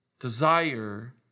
Desire